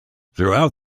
throughout